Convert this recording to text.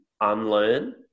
unlearn